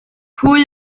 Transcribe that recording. pwy